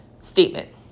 statement